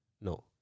No